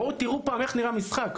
בואו תראו פעם איך נראה משחק,